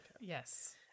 Yes